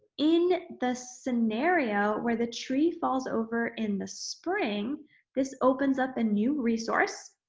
in the scenario where the tree falls over in the spring this opens up a new resource.